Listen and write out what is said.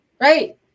Right